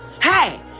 hey